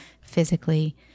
physically